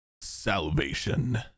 salvation